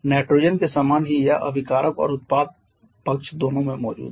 nitrogen के समान ही यह अभिकारक और उत्पाद पक्ष दोनों में मौजूद है